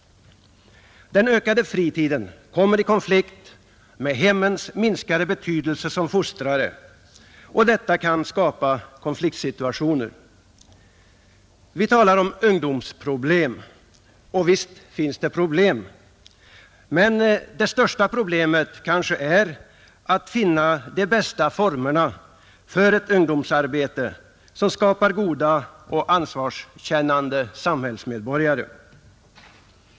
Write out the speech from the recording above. Den ökade fritiden kommer i konflikt med hemmens minskade betydelse som fostrare, och detta kan skapa konfliktsituationer. Vi talar om ungdomsproblem, och visst finns det problem, men det största problemet kanske är att finna de bästa formerna för ett ungdomsarbete som skapar goda och ansvarskännande samhällsmedborgare.